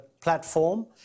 platform